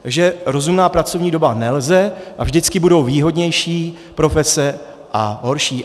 Takže rozumná pracovní doba nelze a vždycky budou výhodnější profese a horší.